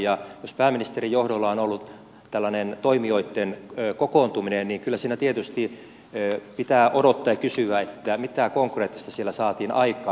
jos pääministerin johdolla on ollut tällainen toimijoitten kokoontuminen niin kyllä siinä tietysti pitää odottaa ja kysyä mitä konkreettista siellä saatiin aikaan